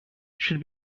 should